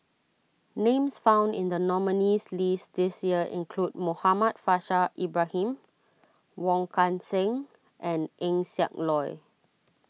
names found in the nominees' list this year include Muhammad Faishal Ibrahim Wong Kan Seng and Eng Siak Loy